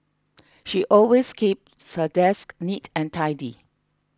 she always keeps her desk neat and tidy